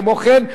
כמו כן,